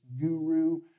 guru